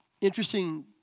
Interesting